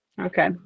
Okay